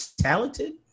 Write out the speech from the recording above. talented